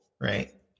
Right